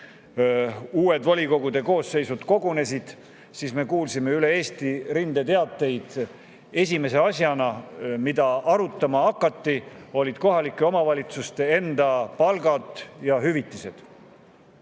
uued volikogude koosseisud kogunesid, me kuulsime üle Eesti rindeteateid. Esimene asi, mida arutama hakati, oli kohalike omavalitsuste enda palgad ja hüvitised.